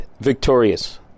victorious